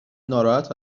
ناراحت